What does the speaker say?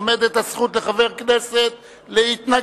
עומדת הזכות לחבר כנסת להתנגד,